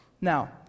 Now